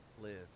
live